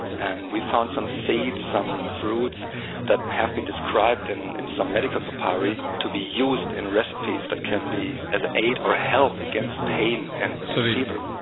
and we found some seeds, some fruits that have been described in in some medical papyri to be used in recipes that but can be as an aid or help against pain and so fever.